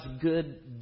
good